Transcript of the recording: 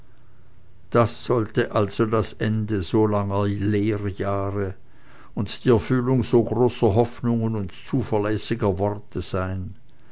das sollte also das ende so langer lehrjahre und die erfüllung so großer hoffnungen und zuverlässiger worte sein